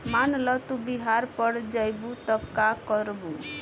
मान ल तू बिहार पड़ जइबू त का करबू